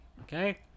okay